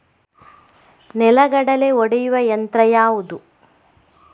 ನೆಲಗಡಲೆ ಒಡೆಯುವ ಯಂತ್ರ ಯಾವುದು?